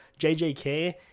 JJK